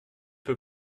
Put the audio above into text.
peu